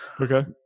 okay